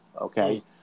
Okay